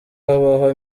habaho